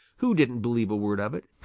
who didn't believe a word of it.